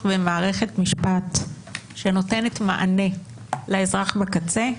במערכת משפט שנותנת מענה לאזרח בקצה,